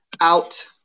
out